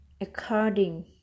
according